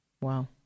Wow